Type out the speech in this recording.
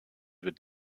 wird